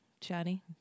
Johnny